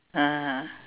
(uh huh)